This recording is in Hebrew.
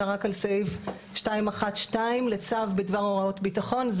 אלא רק על סעיף 212 לצו בדבר הוראות ביטחון,